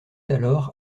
alors